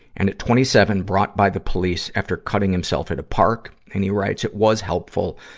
and at twenty seven, brought by the police after cutting himself at a park. and he writes, it was helpful.